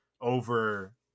over